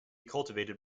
cultivated